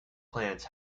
plans